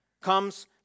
comes